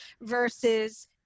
versus